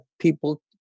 people